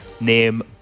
Name